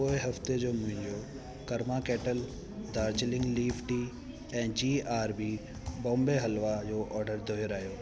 पोएं हफ़्ते जो मुंहिंजो Karma Kettle Darjeeling leaf tea ऐं G R B Bombay halwa जो ऑडर दुहिरायो